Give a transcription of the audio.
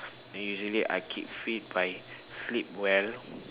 usually I keep fit by sleep well